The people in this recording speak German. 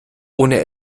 ohne